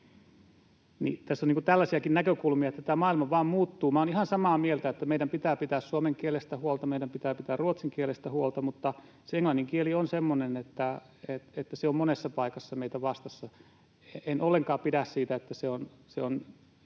tässä on tällaisiakin näkökulmia, että maailma vaan muuttuu. Olen ihan samaa mieltä siitä, että meidän pitää pitää suomen kielestä huolta, meidän pitää pitää ruotsin kielestä huolta, mutta englannin kieli on semmoinen, että se on monessa paikassa meitä vastassa. En ollenkaan pidä siitä, että se on